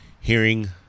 hearing